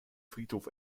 friedhof